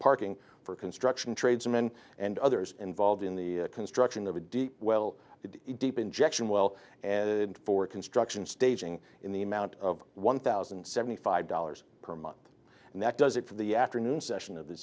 parking for construction tradesmen and others involved in the construction of a deep well deep injection well for construction staging in the amount of one thousand and seventy five dollars per month and that does it for the afternoon session of the